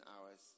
hours